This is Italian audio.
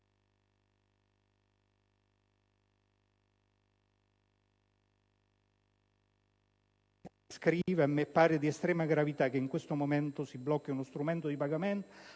scritto: «A me pare di estrema gravità che in questo momento si blocchi uno strumento di pagamento